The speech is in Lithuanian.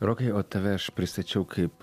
rokai o tave aš pristačiau kaip